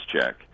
check